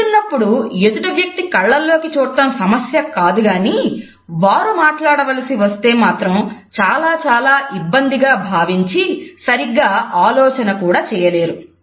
వింటున్నప్పుడు ఎదుటి వ్యక్తి కళ్ళల్లోకి చూడటం సమస్య కాదు కానీ వారు మాట్లాడవలసి వస్తే మాత్రం చాలా చాలా ఇబ్బందిగా భావించి సరిగ్గా ఆలోచన కూడా చేయలేరు